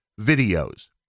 videos